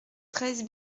treize